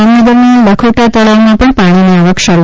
જામનગરના લાખોટા તળાવમાં પણ પાણીની આવક શરૂ થઇ છે